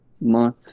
month